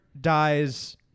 dies